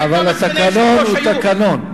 וכמה סגני יושב-ראש היו בישיבה?